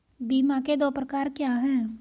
बीमा के दो प्रकार क्या हैं?